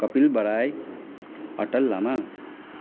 Kapil Baraik Atal Lama